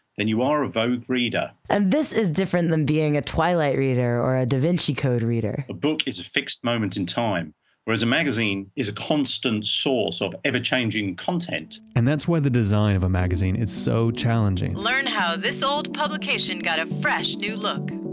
then you are a vogue reader. and this is different than being a twilight reader or a da vinci code reader. a book is a fixed moment in time whereas a magazine is a constant source of ever-changing content. and that's why the design of a magazine, is so challenging. learn how this old publication got a fresh new look.